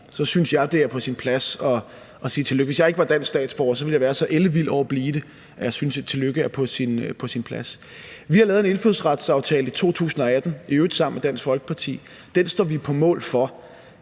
synes jeg, det er på sin plads at sige tillykke. Hvis jeg ikke var dansk statsborger, ville jeg være så ellevild over at blive det, at jeg synes, et tillykke er på sin plads. Vi har lavet en indfødsretsaftale i 2018, i øvrigt sammen med Dansk Folkeparti. Den står vi på mål for.